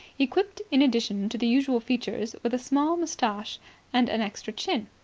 equipped, in addition to the usual features, with a small moustache and an extra chin.